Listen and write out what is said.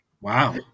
Wow